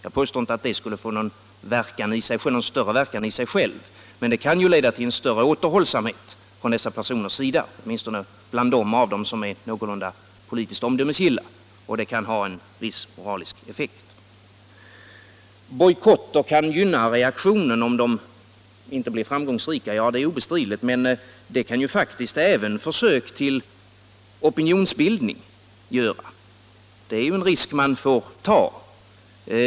Jag påstår inte att det skulle få någon större verkan i sig självt, men det kan leda till en större återhållsamhet från dessa personers sida, åtminstone bland dem som är någorlunda politiskt omdömesgilla, och det kan ha en viss moralisk effekt. Bojkotter kan gynna reaktionen om de inte blir framgångsrika. Ja, det är obestridligt, men det kan faktiskt även försök till opinionsbildning göra, och det är en risk man får ta.